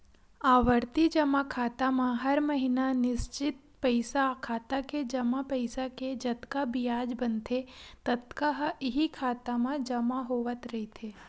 आवरती जमा खाता म हर महिना निस्चित पइसा खाता के जमा पइसा के जतका बियाज बनथे ततका ह इहीं खाता म जमा होवत रहिथे